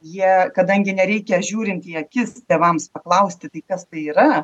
jie kadangi nereikia žiūrint į akis tėvams paklausti gi kas tai yra